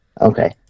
Okay